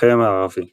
החרם הערבי